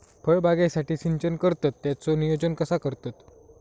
फळबागेसाठी सिंचन करतत त्याचो नियोजन कसो करतत?